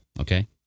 Okay